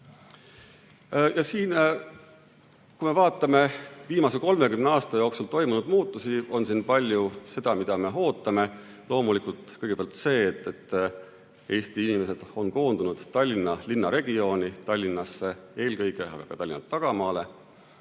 Eesti. Kui me vaatame viimase 30 aasta jooksul toimunud muutusi, siis on siin palju sellist, mida me ootame. Loomulikult kõigepealt see, et Eesti inimesed on koondunud Tallinna linna regiooni, Tallinnasse eelkõige, aga ka Tallinna tagamaale.